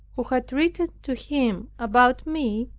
who had written to him about me,